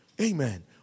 Amen